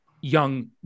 young